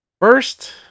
first